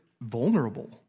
vulnerable